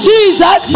Jesus